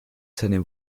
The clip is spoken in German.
seinem